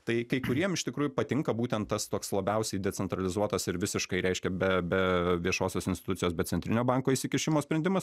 tai kai kuriem iš tikrųjų patinka būtent tas toks labiausiai decentralizuotas ir visiškai reiškia be be viešosios institucijos be centrinio banko įsikišimo sprendimas